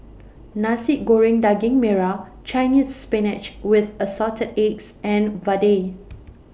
Nasi Goreng Daging Merah Chinese Spinach with Assorted Eggs and Vadai